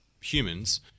humans